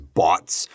bots